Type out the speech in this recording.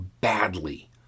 badly